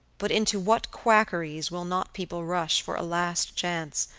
but into what quackeries will not people rush for a last chance,